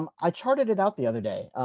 um i chartered it out the other day.